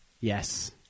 Yes